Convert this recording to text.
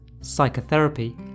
psychotherapy